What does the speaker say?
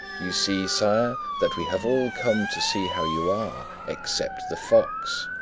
you see, sire, that we have all come to see how you are except the fox,